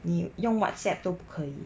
你用 WhatsApp 都不可以